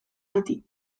beti